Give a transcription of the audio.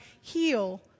heal